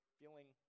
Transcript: feeling